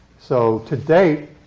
so to date,